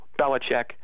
Belichick